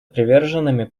приверженными